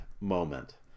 moment